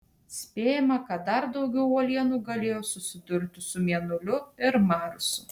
spėjama kad dar daugiau uolienų galėjo susidurti su mėnuliu ir marsu